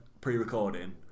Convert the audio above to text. pre-recording